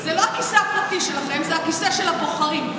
זה לא הכיסא הפרטי שלכם, זה הכיסא של הבוחרים.